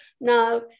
Now